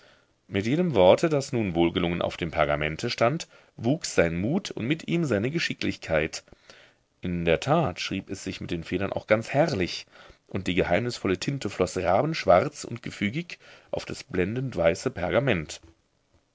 mit jedem worte das nun wohlgelungen auf dem pergamente stand wuchs sein mut und mit ihm seine geschicklichkeit in der tat schrieb es sich mit den federn auch ganz herrlich und die geheimnisvolle tinte floß rabenschwarz und gefügig auf das blendend weiße pergament